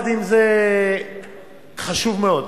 חשוב מאוד